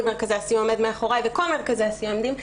מרכזי הסיוע עומד מאחוריי וכל מרכזי הסיוע עומדים,